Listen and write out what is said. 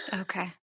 Okay